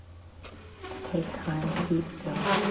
to take time to be still.